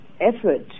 effort